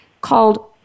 called